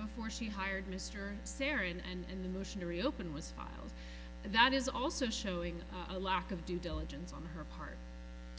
before she hired mr serin and the motion to reopen was filed and that is also showing a lack of due diligence on her part